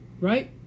right